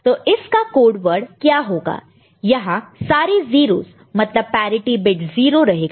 तो इसका code word क्या होगा यहां सारे 0's मतलब पैरिटि बिट 0 रहेगा